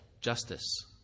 justice